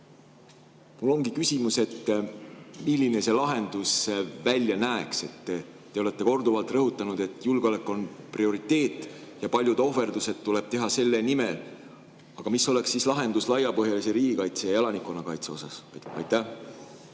Mul ongi küsimus, milline see lahendus välja näeks. Te olete korduvalt rõhutanud, et julgeolek on prioriteet ja paljud ohverdused tuleb teha selle nimel. Aga mis oleks siis lahendus laiapõhjalise riigikaitse ja elanikkonnakaitse puhul? Austatud